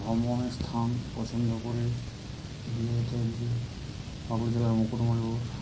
ভ্রমণের স্থান পছন্দ করে বিশেষত এদিকে বাঁকুড়া জেলার মুকুটমণিপুর